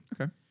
Okay